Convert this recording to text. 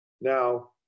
Now